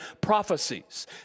prophecies